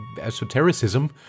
esotericism